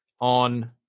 on